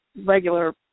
regular